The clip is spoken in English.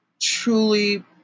truly